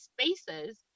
spaces